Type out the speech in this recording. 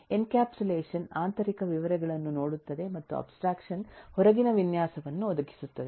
encapsulation ಆಂತರಿಕ ವಿವರಗಳನ್ನು ನೋಡುತ್ತದೆ ಮತ್ತು ಅಬ್ಸ್ಟ್ರಾಕ್ಷನ್ ಹೊರಗಿನ ವಿನ್ಯಾಸವನ್ನು ಒದಗಿಸುತ್ತಿದೆ